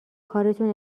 کارتون